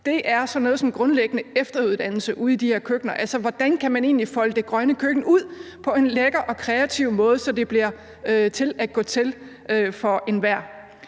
er sådan noget som grundlæggende efteruddannelse ude i de her køkkener. Altså, hvordan kan man egentlig folde det grønne køkken ud på en lækker og kreativ måde, så det bliver til at gå til for enhver?